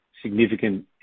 significant